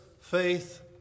faith